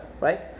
right